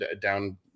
down